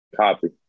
Copy